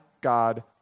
God